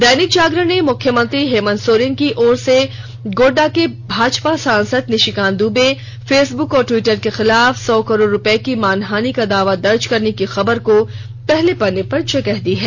दैनिक जागरण ने मुख्यमंत्री हेमंत सोरेन की ओर से गोड्डा के भाजपा सांसद निशिकांत दुबे फेसबुक और टविटर के खिलाफ सौ करोड़ रूपये की मानहानि का दावा दर्ज करने की खबर को पहले पन्ने पर जगह दी है